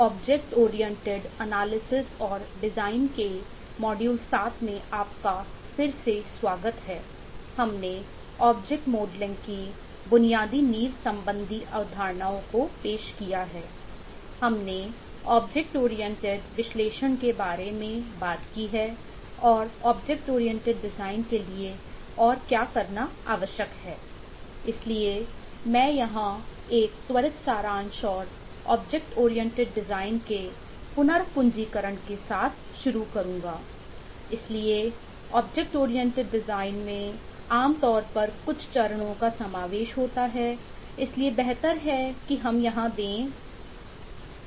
object oriented analysis और design में आम तौर पर कुछ चरणों का समावेश होता है इसलिए बेहतर है कि हम यहाँ दें